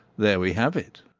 there we have it!